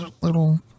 little